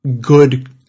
good